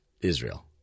Israel